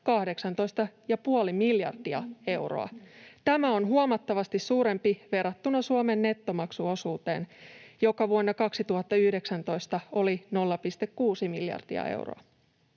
18,5 miljardia euroa. Tämä on huomattavasti suurempi verrattuna Suomen nettomaksuosuuteen, joka vuonna 2019 oli 0,6 miljardia euroa.